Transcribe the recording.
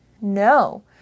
no